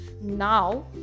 now